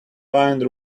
wine